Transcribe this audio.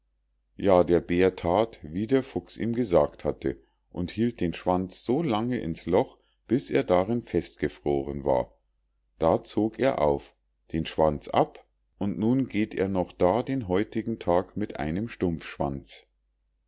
ja der bär that wie der fuchs ihm gesagt hatte und hielt den schwanz so lange ins loch bis er darin festgefroren war da zog er auf den schwanz ab und nun geht er noch da den heutigen tag mit einem